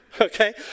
Okay